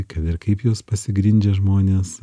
kad ir kaip jūs pasigrindžia žmonės